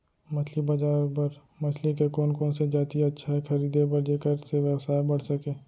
मछली बजार बर मछली के कोन कोन से जाति अच्छा हे खरीदे बर जेकर से व्यवसाय बढ़ सके?